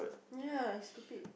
ya he's stupid